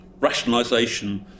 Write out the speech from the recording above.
rationalisation